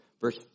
verse